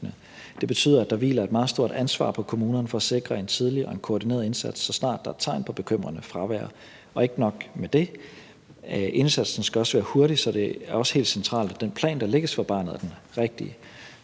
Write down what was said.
Det betyder, at der hviler et meget stort ansvar på kommunerne for at sikre en tidlig og en koordineret indsats, så snart der er tegn på bekymrende fravær. Og ikke nok med det: Indsatsen skal også være hurtig, så det er også helt centralt, at den plan, der lægges for barnet, er den rigtige.